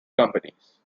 companies